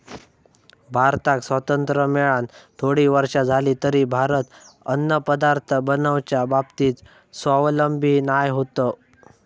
भारताक स्वातंत्र्य मेळान थोडी वर्षा जाली तरी भारत अन्नपदार्थ बनवच्या बाबतीत स्वावलंबी नाय होतो